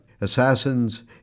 Assassins